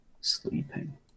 sleeping